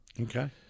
Okay